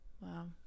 wow